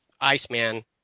Iceman